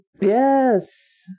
Yes